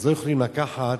אז לא יכולים לקחת.